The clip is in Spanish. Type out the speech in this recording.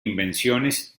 invenciones